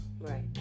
right